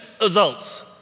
results